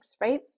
right